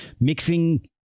mixing